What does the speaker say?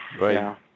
Right